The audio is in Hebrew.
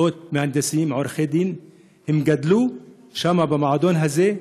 מאות מהנדסים, עורכי דין, גדלו שם, במועדון הזה,